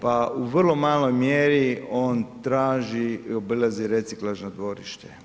Pa u vrlo maloj mjeri on traži, obilazi reciklažno dvorište.